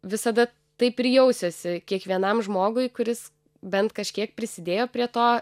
visada taip ir jausiuosi kiekvienam žmogui kuris bent kažkiek prisidėjo prie to